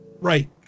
Right